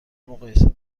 مقایسه